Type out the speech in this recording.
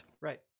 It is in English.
Right